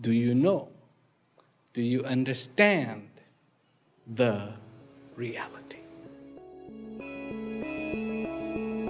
do you know do you understand the reality